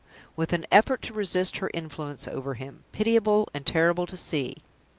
with an effort to resist her influence over him, pitiable and terrible to see.